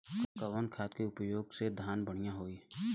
कवन खाद के पयोग से धान बढ़िया होई?